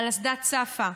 על אסדה צפה,